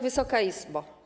Wysoka Izbo!